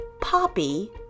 Poppy